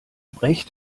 brecht